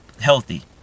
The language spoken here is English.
healthy